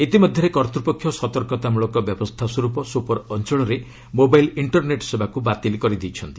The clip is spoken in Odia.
ଇତିମଧ୍ୟରେ କର୍ତ୍ତ୍ୱପକ୍ଷ ସତର୍କତାମୂଳକ ବ୍ୟବସ୍ଥାସ୍ୱରୂପ ସୋପୋର୍ ଅଞ୍ଚଳରେ ମୋବାଇଲ୍ ଇଣ୍ଟର୍ନେଟ୍ ସେବାକୁ ବାତିଲ୍ କରିଦେଇଛନ୍ତି